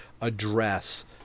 address